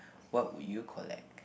what would you collect